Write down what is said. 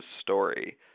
story